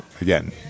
Again